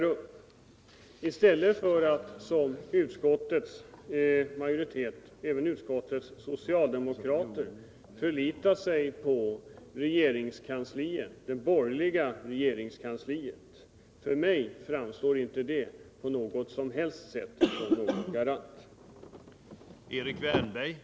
Är det inte bättre än att, som utskottets majoritet inkl. de socialdemokratiska ledamöterna gör, förlita sig på det borgerliga regeringskansliet? För mig framstår det inte på något sätt som en garant för en tillfredsställande lösning.